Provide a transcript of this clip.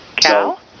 Cal